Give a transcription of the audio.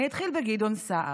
אני אתחיל בגדעון סער.